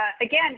again